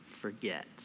forget